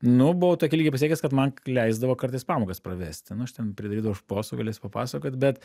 nu buvau tokį lygį pasiekęs kad man leisdavo kartais pamokas pravesti nu aš ten pridarydavau šposų galėsiu papasakot bet